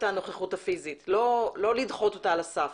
הנוכחות הפיזית ולא לדחות אותה על הסף.